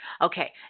Okay